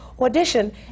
audition